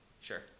Sure